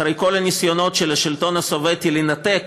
אחרי כל הניסיונות של השלטון הסובייטי לנתק